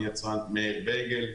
אני יצרן מאיר בייגל,